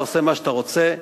אתה עושה מה שאתה רוצה.